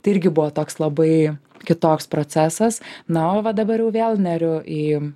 tai irgi buvo toks labai kitoks procesas na o va dabar jau vėl neriu į